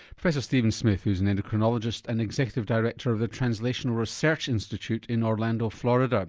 professor steven smith, who's an endocrinologist and executive director of the translational research institute in orlando florida.